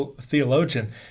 Theologian